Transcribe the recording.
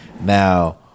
Now